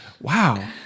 wow